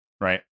right